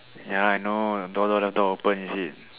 ya I know the door door door don't open is it